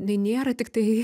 jinai nėra tiktai